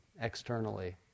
externally